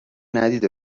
ندیده